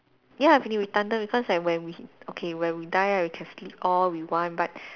ya it's redundant because like when we okay when we die right we can sleep all we want but